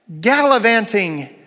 gallivanting